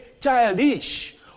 childish